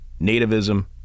nativism